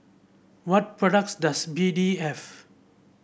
what products does B D have